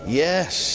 yes